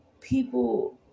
people